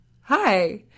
hi